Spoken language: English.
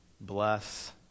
bless